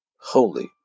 holy